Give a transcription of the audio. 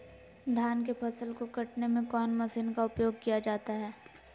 धान के फसल को कटने में कौन माशिन का उपयोग किया जाता है?